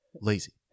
Lazy